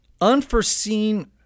unforeseen